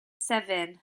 seven